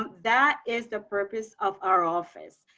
that is the purpose of our office.